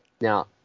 Now